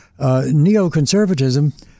Neoconservatism